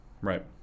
Right